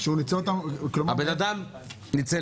אני רק רוצה שנמסגר את הדיון ונבין איפה אנחנו נמצאים.